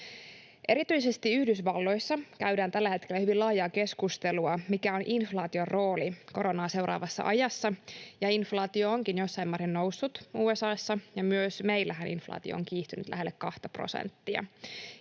Erityisesti Yhdysvalloissa käydään tällä hetkellä hyvin laajaa keskustelua, mikä on inflaation rooli koronaa seuraavassa ajassa. Inflaatio onkin jossain määrin noussut USA:ssa, ja myös meillä inflaatio on kiihtynyt lähelle kahta prosenttia,